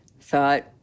thought